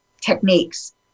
techniques